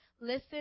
listen